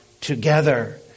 together